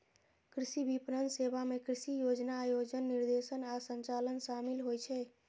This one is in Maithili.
कृषि विपणन सेवा मे कृषि योजना, आयोजन, निर्देशन आ संचालन शामिल होइ छै